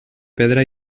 pedra